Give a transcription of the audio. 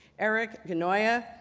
eric ghenoiu,